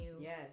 Yes